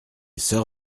soeur